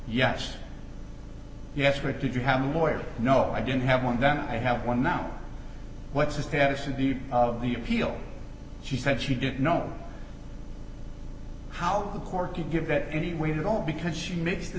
yes yes where did you have a lawyer no i didn't have one then i have one now what's the status of the of the appeal she said she didn't know how the court could give it any weight at all because she makes the